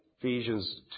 Ephesians